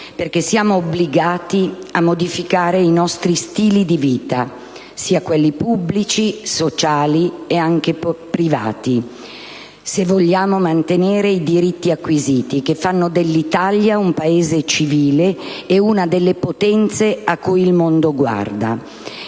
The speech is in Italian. infatti obbligati a modificare i nostri stili di vita, pubblici, sociali e privati, se vogliamo mantenere i diritti acquisiti, che fanno dell'Italia un Paese civile ed una delle potenze a cui il mondo guarda.